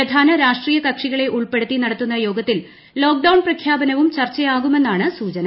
പ്രധാന രാഷ്ട്രീയ കക്ഷികളെ ഉൾപ്പെടുത്തി നടത്തുന്ന യോഗത്തിൽ ലോക്ഡൌൺ പ്രഖ്യാപനവും ചർച്ചയാകുമെന്നാണ് സൂചന